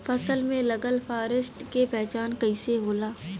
फसल में लगल फारेस्ट के पहचान कइसे होला?